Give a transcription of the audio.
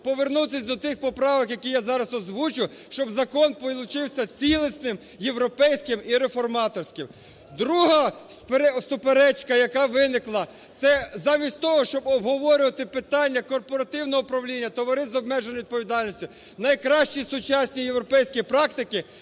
повернутись до тих поправок, які я зараз озвучу, щоб закон получився цілісним, європейським і реформаторським. Друга суперечка, яка виникла. Це замість того, щоб обговорювати питання корпоративного управління товариств з обмеженою відповідальністю, найкращі сучасні європейські практики,